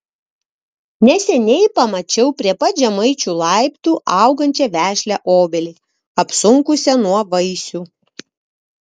neseniai pamačiau prie pat žemaičių laiptų augančią vešlią obelį apsunkusią nuo vaisių